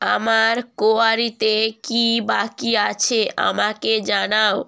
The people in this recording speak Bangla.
আমার কোয়ারিতে কী বাকি আছে আমাকে জানাও